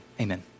Amen